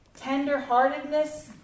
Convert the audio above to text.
tenderheartedness